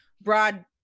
broad